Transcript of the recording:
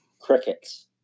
crickets